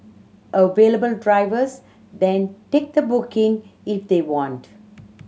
available drivers then take the booking if they want